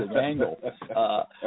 angle